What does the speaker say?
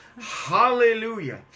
Hallelujah